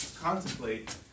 contemplate